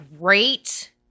great